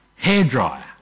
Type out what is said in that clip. hairdryer